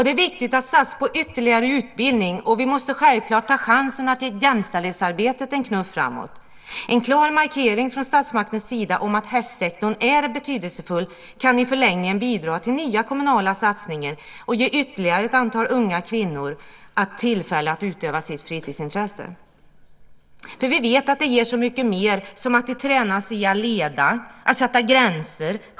Det är viktigt att satsa på ytterligare utbildning. Vi måste självklart ta chansen att ge jämställdhetsarbetet en knuff framåt. En klar markering från statsmakternas sida om att hästsektorn är betydelsefull kan i förlängningen bidra till nya kommunala satsningar och ge ytterligare ett antal unga kvinnor tillfälle att utöva sitt fritidsintresse. Vi vet att det ger så mycket mer som att de tränas i att leda och att sätta gränser.